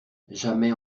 jamais